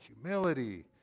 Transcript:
humility